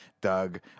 Doug